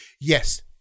yes